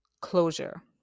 closure